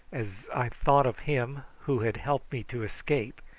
as i thought of him who had helped me to escape,